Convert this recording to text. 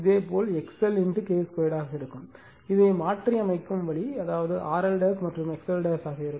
இதேபோல் இது XL K 2 ஆக இருக்கும் இதை மாற்றியமைத்த வழி அதாவது RL மற்றும் அது XL ஆக இருக்கும்